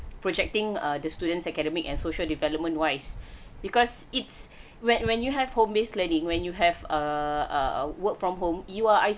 projecting err the students' academic and social development wise because it's when when you have home base learning when you have err err work from home you are